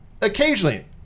occasionally